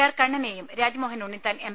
R കണ്ണനേയും Rajmohan Unnithan M